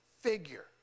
figure